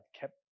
kept